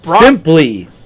Simply